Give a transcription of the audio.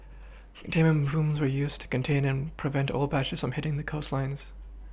containment booms were used to contain and prevent oil patches from hitting the coastlines